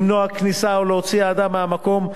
למנוע כניסה או להוציא אדם מהמקום,